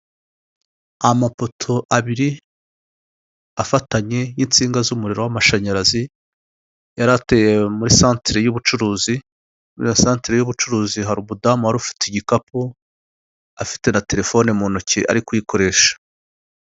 Amatara yaka cyane ndetse n'ikiraro kinyuraho imodoka, hasi no hejuru kiri mu mujyi wa Kigali muri nyanza ya kicukiro ndetse yanditseho, icyapa k'icyatsi kiriho amagambo Kigali eyapoti